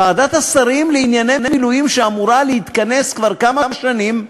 ועדת השרים לענייני מילואים שאמורה להתכנס כבר כמה שנים,